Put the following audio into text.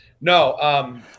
No